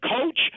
coach